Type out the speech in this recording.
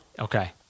Okay